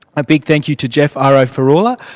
a big thank you to geoff airo-farulla,